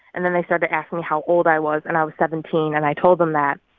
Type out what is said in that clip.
and then they start to ask me how old i was. and i was seventeen. and i told them that.